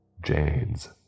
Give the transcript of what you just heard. Jane's